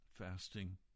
fasting